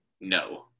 No